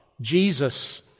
Jesus